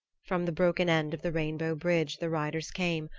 from the broken end of the rainbow bridge the riders came,